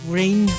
rain